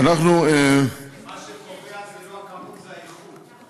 אנחנו, מה שקובע זו לא הכמות, זו האיכות.